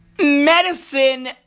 medicine